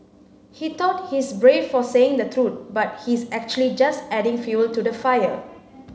he thought he's brave for saying the truth but he's actually just adding fuel to the fire